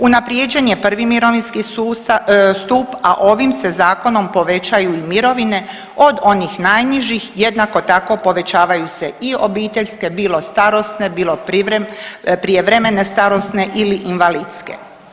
Unaprijeđen je prvi mirovinski stup, a ovim se Zakonom povećaju i mirovine od onih najnižih, jednako tako povećavaju se i obiteljske, bilo starosne, bilo prijevremene starosne ili invalidske.